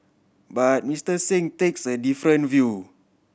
but Mister Singh takes a different view